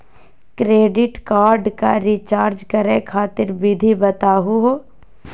Credit card क recharge करै खातिर विधि बताहु हो?